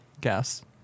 guess